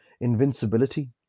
invincibility